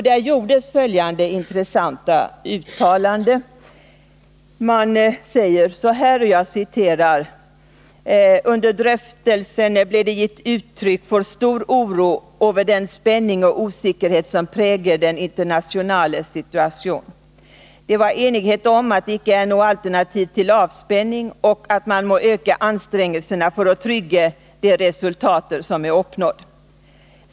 Där gjordes följande intressanta uttalande: ”Under droftelsene ble det gitt utrykk for stor uro over den spenning og usikkerhet som preger den internasjonale situasjon. Det var enighet om at detikke er noe alternativ til avspenning, og at man må gke anstrengelsene for å trygge de resultater som er oppnådd.